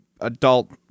adult